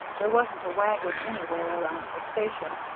there wasn't a wagon anywhere around the station,